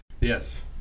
Yes